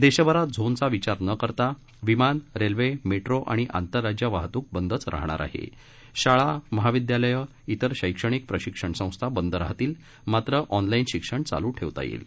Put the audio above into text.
देशभरात झोनचा विचार न करता विमान रेल्वे मेट्रो आणि आंतरराज्य वाहतूक बंदच राहणार आहे शाळा महाविद्यालयं इतर शैक्षणिक प्रशिक्षण संस्था बंद राहतील मात्र ऑनलाईन शिक्षण चालू ठेवता येईल